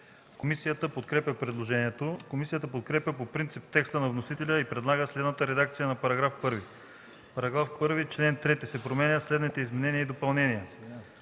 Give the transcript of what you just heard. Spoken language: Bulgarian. Комисията подкрепя предложението. Комисията подкрепя по принцип текста на вносителя и предлага следната редакция на § 1: „§ 1. В чл. 3 се правят следните изменения и допълнения: